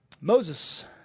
Moses